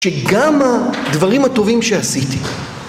שגם הדברים הטובים שעשיתי